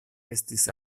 estis